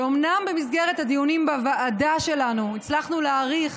ואומנם במסגרת הדיונים בוועדה שלנו הצלחנו להאריך